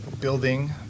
building